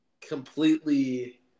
completely